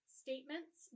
statements